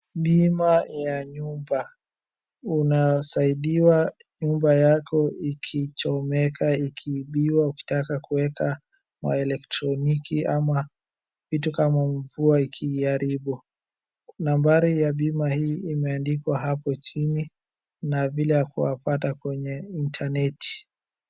Bima ya nyumba. Unasaidiwa nyumba yako ikichomeka, ikiibiiwa, ukitaka kuwekwa maelektroniki ama vitu kama mvua ikiaribu. Nambari ya bima hii imeandikwa hapo chini, na vile ya kuwapata kwenye intaneti.